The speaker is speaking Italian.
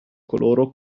coloro